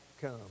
come